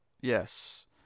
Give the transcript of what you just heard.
Yes